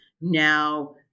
now